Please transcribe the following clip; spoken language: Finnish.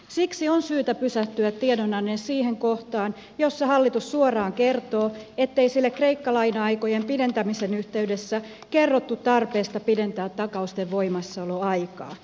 siksi on syytä pysähtyä tiedonannon siihen kohtaan jossa hallitus suoraan kertoo ettei sille kreikan laina aikojen pidentämisen yhteydessä kerrottu tarpeesta pidentää takausten voimassaoloaikaa